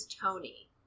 Tony